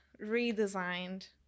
redesigned